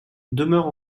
demeure